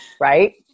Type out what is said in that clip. Right